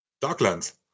Darklands